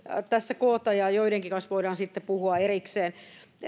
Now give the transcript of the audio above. tässä koota ja joidenkin kanssa voidaan sitten puhua erikseen